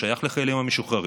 הוא שייך לחיילים המשוחררים.